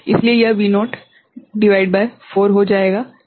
इसलिए यह V0 भागित 4 हो जाएगा क्या यह ठीक है